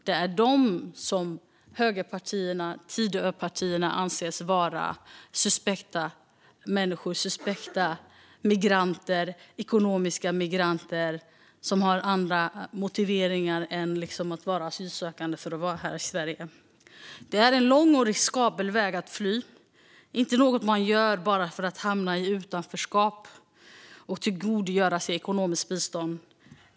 Det är de som av Tidöpartierna och högerpartierna anses vara suspekta människor, suspekta migranter, ekonomiska migranter som har andra motiv för att vara här i Sverige än att vara asylsökande. Det är en lång och riskabel väg att fly. Det är inte något man gör bara för att hamna i utanförskap och tillgodogöra sig ekonomiskt bistånd.